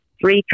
three